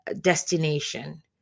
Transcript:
destination